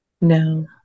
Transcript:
no